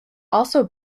also